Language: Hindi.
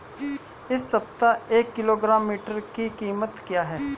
इस सप्ताह एक किलोग्राम मटर की कीमत क्या है?